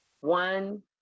one